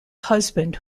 husband